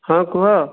ହଁ କୁହ